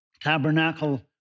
tabernacle